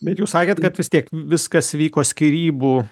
bet jūs sakėt kad vis tiek viskas vyko skyrybų